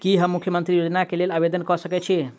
की हम मुख्यमंत्री योजना केँ लेल आवेदन कऽ सकैत छी?